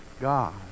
God